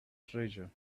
treasure